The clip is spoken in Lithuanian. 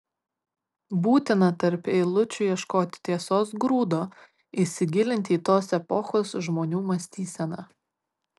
būtina tarp eilučių ieškoti tiesos grūdo įsigilinti į tos epochos žmonių mąstyseną